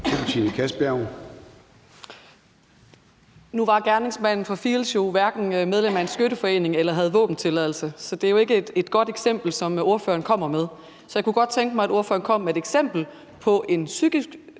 Nu var gerningsmanden fra Field's jo hverken medlem af en skytteforening eller havde våbentilladelse, så det er ikke godt eksempel, som ordføreren kommer med. Jeg kunne godt tænke mig, at ordføreren kom med et eksempel på en psykisk